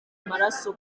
amaraso